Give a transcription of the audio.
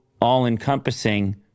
all-encompassing